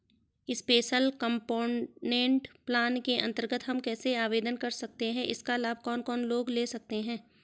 Special component plan के अन्तर्गत हम कैसे आवेदन कर सकते हैं इसका लाभ कौन कौन लोग ले सकते हैं?